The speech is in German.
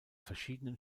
verschiedenen